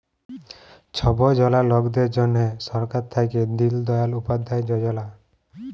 ছব জলা লকদের জ্যনহে সরকার থ্যাইকে দিল দয়াল উপাধ্যায় যজলা